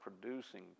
producing